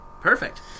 Perfect